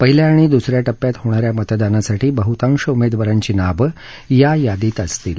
पहिल्या आणि दुसऱ्या टप्प्यात होणाऱ्या मतदानासाठी बहुतांश उमेदवारांची नावे या यादीत असतील